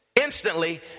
instantly